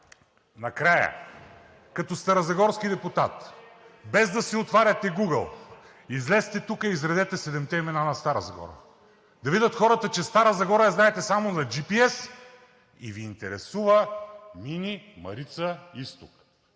Накрая, като старозагорски депутат, без да си отваряте Гугъл, излезте тук и изредете седемте имена на Стара Загора, за да видят хората, че Стара Загора я знаете само на джипиес и Ви интересуват „Мини Марица-изток“